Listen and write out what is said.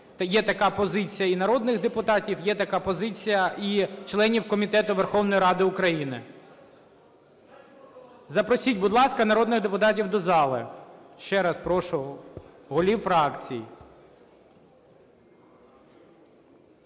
Є така позиція і народних депутатів, є така позиція і членів комітету Верховної Ради України. Запросіть, будь ласка, народних депутатів до зали, ще раз прошу голів фракцій.